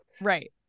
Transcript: right